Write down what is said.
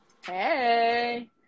Hey